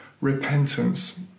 repentance